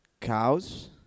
cows